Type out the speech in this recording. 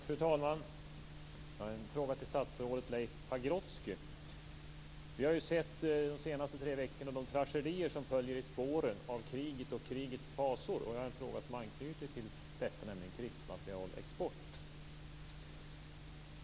Fru talman! Jag har en fråga till statsrådet Leif Pagrotsky. Vi har de senaste tre veckorna sett de tragedier som följer i spåren av kriget och krigets fasor. Jag har en fråga som anknyter till detta, nämligen krigsmaterielexport.